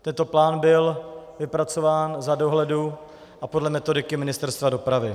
Tento plán byl vypracován za dohledu a podle metodiky Ministerstva dopravy.